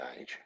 age